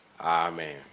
Amen